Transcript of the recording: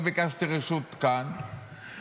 לא ביקשתי רשות כאן,